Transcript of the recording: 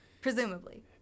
Presumably